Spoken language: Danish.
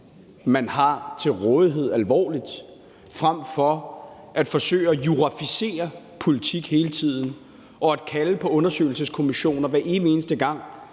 man har til rådighed, alvorligt, frem for at forsøge at jurafisere politik hele tiden og kalde på undersøgelseskommissioner, hver evig eneste gang